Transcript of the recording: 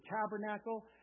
tabernacle